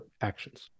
actions